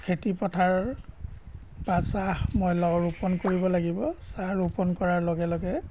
খেতিপথাৰ বা চাহ মই ল ৰোপণ কৰিব লাগিব চাহ ৰোপণ কৰাৰ লগে লগে